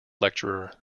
lecturer